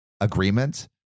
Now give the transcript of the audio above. agreement